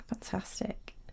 fantastic